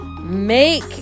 Make